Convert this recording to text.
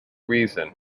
reason